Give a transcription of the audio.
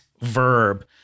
Verb